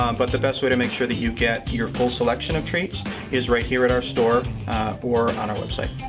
um but the best way to make sure you get your full selection of treats is right here at our store or on our website.